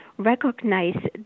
Recognize